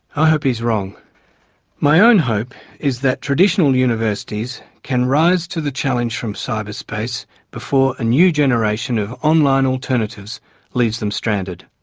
i hope he's wrong universities own hope is that traditional universities can rise to the challenge from cyberspace before a new generation of online alternatives leaves them stranded.